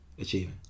achieving